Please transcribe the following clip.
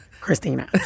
Christina